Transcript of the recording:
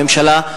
הממשלה,